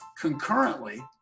concurrently